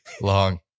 long